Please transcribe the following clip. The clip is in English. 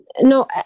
No